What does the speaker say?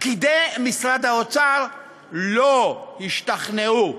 פקידי משרד האוצר לא השתכנעו.